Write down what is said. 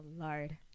Lord